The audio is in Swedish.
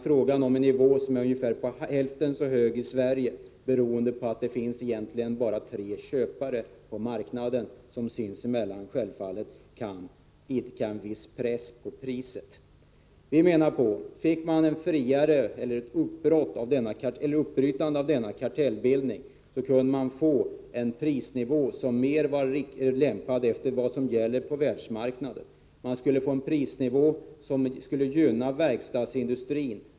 Prisnivån är ungefär hälften så hög i Sverige beroende på att det egentligen bara finns tre köpare på marknaden, som sinsemellan självfallet kan utöva en viss prispress. Men skulle denna kartellbildning brytas upp, skulle vi få en prisnivå som mer var anpassd till förhållandena på världsmarknaden. Vi skulle få en prisnivå som gynnade verkstadsindustrin.